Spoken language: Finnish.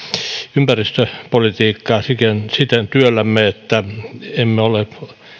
ympäristöpolitiikkaa työllämme siten että emme ole